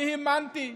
אני האמנתי,